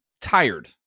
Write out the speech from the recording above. tired